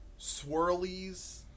swirlies